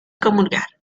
comulgar